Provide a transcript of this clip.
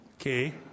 okay